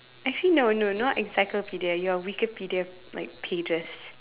actually no no not encyclopedia you're Wikipedia like pages